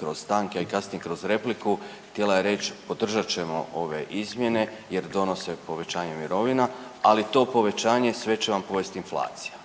kroz stanke, a i kasnije kroz repliku htjela je reć podržat ćemo ove izmjene jer donose povećanje mirovina, ali to povećanje sve će vam pojest inflacija.